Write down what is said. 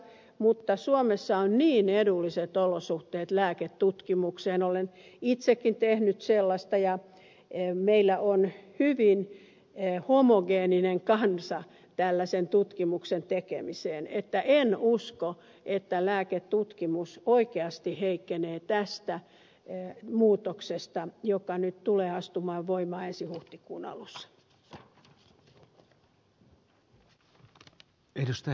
mutta suomessa on niin edulliset olosuhteet lääketutkimukseen olen itsekin tehnyt sellaista ja meillä on hyvin homogeeninen kansa tällaisen tutkimuksen tekemiseen että en usko että lääketutkimus oikeasti heikkenee tästä muutoksesta joka nyt tulee astumaan voimaan ensi huhtikuun alussa